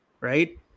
right